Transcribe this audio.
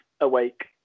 awake